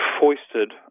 foisted